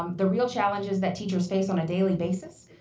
um the real challenges that teachers face on a daily basis.